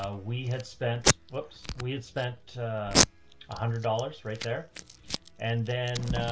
ah we had spent, whoops, we had spent a a hundred dollars right there and then, ah,